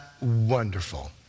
wonderful